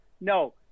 No